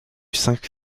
cinq